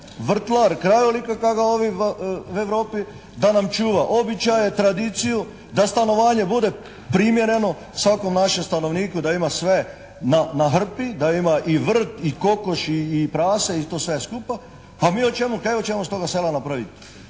vrtlar, kravar kak' ga ovi u Europi, da nam čuva običaje, tradiciju, da stanovanje bude primjereno svakom našem stanovniku da ima sve na hrpi, da ima i vrt i kokoši i prase i to sve skupa, a mi o čemu, kaj hoćemo s tog sela napraviti.